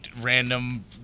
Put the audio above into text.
random